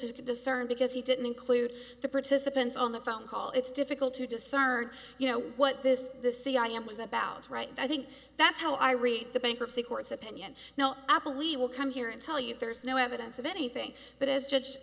to discern because he didn't include the participants on the phone call it's difficult to discern you know what this the cia was about right i think that's how i read the bankruptcy courts opinion now apple we will come here and tell you there is no evidence of anything but as judge